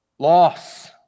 Loss